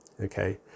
okay